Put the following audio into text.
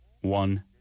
One